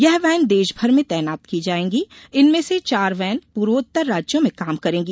यह वैन देशभर में तैनात की जाएंगी इनमें से चार वैन पूर्वेत्तर राज्यों में काम करेंगी